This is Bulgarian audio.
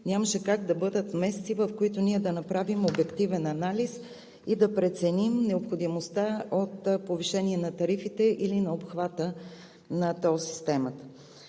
нямаше как да бъдат месеци, в които да направим обективен анализ и да преценим необходимостта от повишение на тарифите или на обхвата на тол системата.